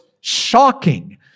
shocking